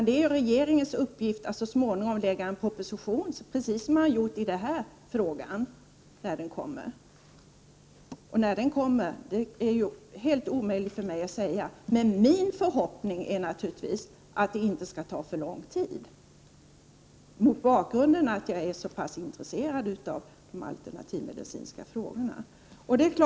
Det är regeringens uppgift att så småningom lägga fram en proposition beträffande naprapaterna — precis som den har gjort i fråga om kiropraktorerna. När en proposition kan komma är det helt omöjligt för mig att ha någon uppfattning om. Men naturligtvis är det min förhoppning att det inte skall dröja alltför länge — detta sagt mot bakgrund av att jag är mycket intresserad av de alternativmedicinska frågorna.